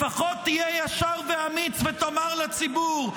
לפחות תהיה ישר ואמיץ ותאמר לציבור.